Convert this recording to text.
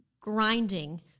grinding